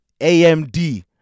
AMD